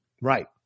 Right